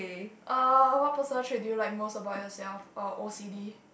uh what personal trait do you like most about yourself uh O_C_D